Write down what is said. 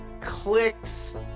clicks